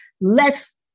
less